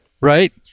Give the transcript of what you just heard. right